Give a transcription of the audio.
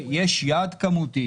יש יעד כמותי